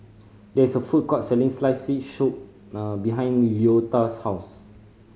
there is a food court selling sliced fish soup behind Leota's house